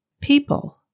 People